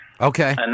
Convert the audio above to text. Okay